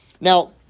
Now